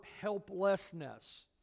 helplessness